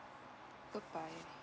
bye bye